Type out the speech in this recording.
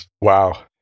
Wow